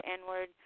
inward